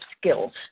skills